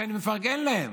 שאני מפרגן להם,